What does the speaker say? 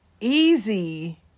easy